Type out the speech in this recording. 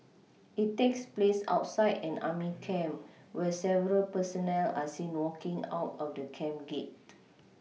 it takes place outside an army camp where several personnel are seen walking out of the camp gate